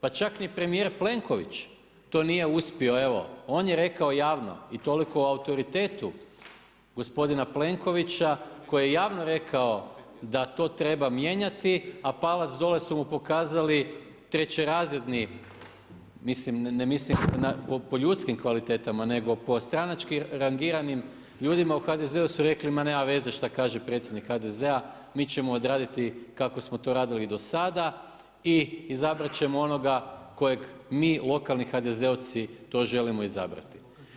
Pa čak ni premijer Plenković to nije uspio, evo on je rekao javno i toliko o autoritetu gospodina Plenkovića koji je javno rekao da to treba mijenjati a palac dolje su mu pokazali trećerazredni, ne mislim po ljudskim kvalitetama, nego po stranačkim rangiranim ljudima u HDZ-u su rekli ma nema veze šta kaže predsjednik HDZ-a, mi ćemo odraditi kako smo to radili i do sada i izabrat ćemo onoga kojeg mi lokalni HDZ-ovci želimo izabrati.